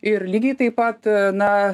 ir lygiai taip pat na